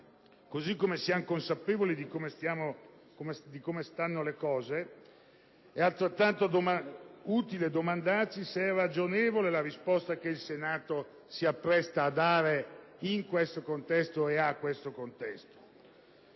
così come siamo consapevoli di come stanno le cose, è altrettanto utile domandarsi se sia ragionevole la risposta che il Senato si appresta a dare in questo contesto e a questo contesto.